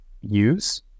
use